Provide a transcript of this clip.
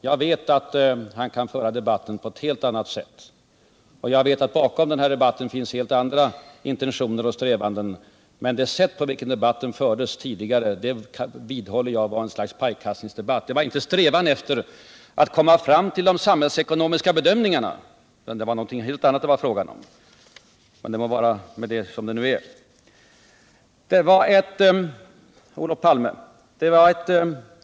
Jag vet att han kan föra debatter på ett helt annat sätt, och jag vet också att det bakom denna debatt finns helt andra och mera sakliga strävanden än de som kommit till uttryck. Och jag vidhåller att det genom det sätt på vilket debatten förs har blivit ett slags pajkastning. Det var inte en strävan efter att komma fram till de samhällsekonomiska bedömningarna utan något helt annat det var fråga om. Men det må vara med det som det nu är. Olof Palme!